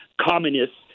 communists